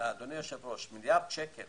אדוני היושב-ראש, מיליארד שקל